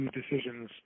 decisions